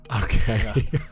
Okay